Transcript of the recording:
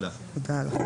בסדר.